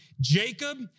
Jacob